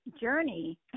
journey